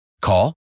Call